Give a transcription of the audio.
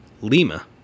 Lima